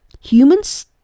Humans